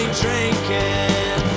drinking